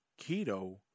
keto